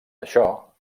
això